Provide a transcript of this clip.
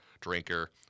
drinker